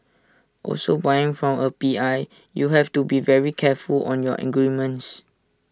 also buying from A P I you have to be very careful on your in